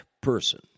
person